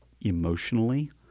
emotionally